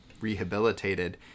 rehabilitated